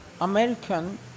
American